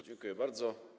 Dziękuję bardzo.